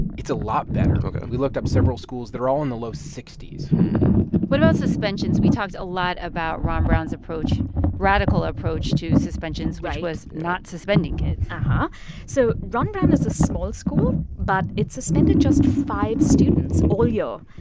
it's a lot better. and we looked up several schools. they're all in the low sixty point s what about suspensions? we talked a lot about ron brown's approach radical approach to suspensions, which was not suspending kids and so ron brown is a small school. but it suspended just five students all year.